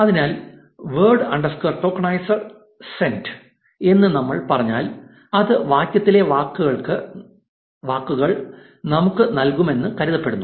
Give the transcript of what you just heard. അതിനാൽ word underscore tokenize sent എന്ന് നമ്മൾ പറഞ്ഞാൽ അത് വാക്യത്തിലെ വാക്കുകൾ നമുക്ക് നൽകുമെന്ന് കരുതപ്പെടുന്നു